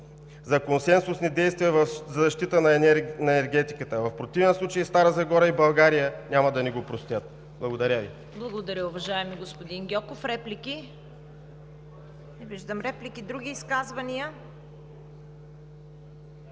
за консенсусни действия за защита на енергетиката. В противен случай – Стара Загора и България няма да ни го простят. Благодаря Ви. ПРЕДСЕДАТЕЛ ЦВЕТА КАРАЯНЧЕВА: Благодаря, уважаеми господин Гьоков. Реплики? Не виждам. Други изказвания?